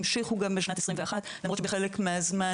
המשיכו גם בשנת 21. למרות שבחלק מהזמן